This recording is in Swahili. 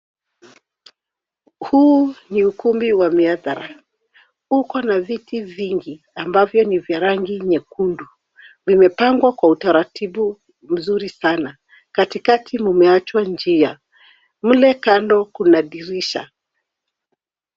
Huu ni ukumbi wa mihadhara. Uko na viti vingi ambavyo ni vya rangi nyekundu. Limepangwa kwa utaratibu mzuri sana. Katikati mumeachwa njia. Mle kando kuna dirisha.